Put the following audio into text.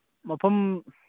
ꯃꯐꯝ